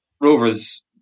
Rovers